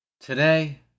Today